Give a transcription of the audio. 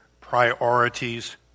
priorities